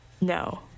No